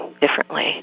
differently